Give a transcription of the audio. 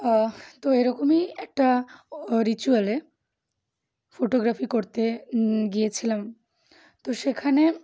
তো এরকমই একটা রিচুয়ালে ফোটোগ্রাফি করতে গিয়েছিলাম তো সেখানে